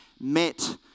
met